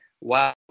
wow